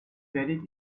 werdet